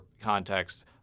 context